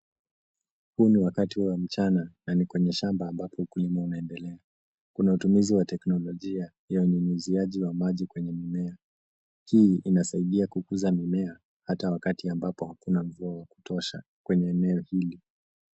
Huu ni wakati wa mchana, na ni kwenye shamba ambapo ukulima unaendelea. Kuna utumizi wa teknolojia ya unyunyuziaji wa maji kwenye mimea. Hii inasaidia kukuza mimea hata wakati ambapo hakuna mvua wa kutosha kwenye eneo hili.